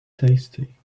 tasty